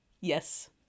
Yes